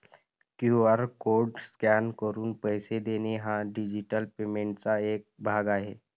QR code scan करून पैसे देणे हा डिजिटल पेमेंटचा एक भाग आहे